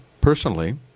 Personally